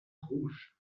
rouge